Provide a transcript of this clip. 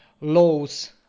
laws